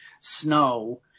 snow